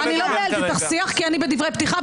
אני לא מנהלת איתך שיח כי אני בדברי פתיחה,